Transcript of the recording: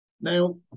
Now